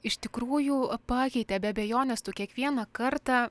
iš tikrųjų pakeitė be abejonės tu kiekvieną kartą